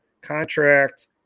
contract